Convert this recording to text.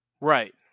right